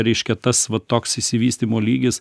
reiškia tas va toks išsivystymo lygis